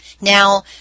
now